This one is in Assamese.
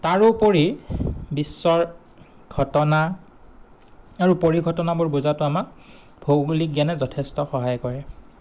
তাৰোপৰি বিশ্বৰ ঘটনা আৰু পৰিঘটনাবোৰ বুজাত আমাক ভৌগোলিক জ্ঞানে যথেষ্ট সহায় কৰে